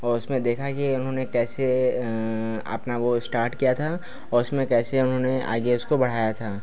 और उसमें देखा है कि उन्होंने कैसे अपना वह इश्टार्ट किया था और उसमें कैसे उन्होंने आगे उसको बढ़ाया था